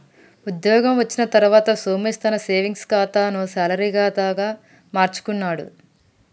ఉద్యోగం వచ్చిన తర్వాత సోమేశ్ తన సేవింగ్స్ కాతాను శాలరీ కాదా గా మార్చుకున్నాడు